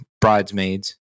bridesmaids